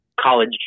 college